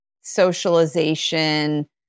socialization